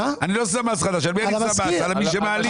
על מי שמעלים היום.